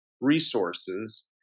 resources